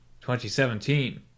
2017